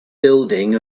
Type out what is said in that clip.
building